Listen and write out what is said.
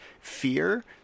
fear